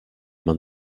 man